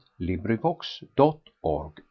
LibriVox.org